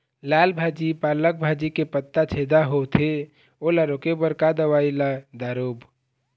लाल भाजी पालक भाजी के पत्ता छेदा होवथे ओला रोके बर का दवई ला दारोब?